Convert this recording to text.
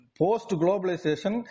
post-globalization